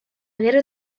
gero